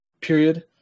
period